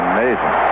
Amazing